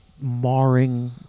marring